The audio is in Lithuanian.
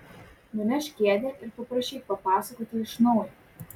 nunešk kėdę ir paprašyk papasakoti iš naujo